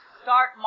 Start